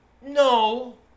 No